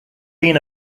been